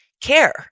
care